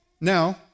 Now